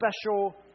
special